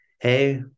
hey